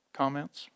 comments